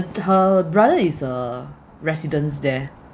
her brother is a residents there